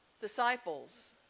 disciples